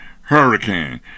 hurricane